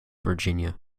virginia